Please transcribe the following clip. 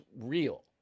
real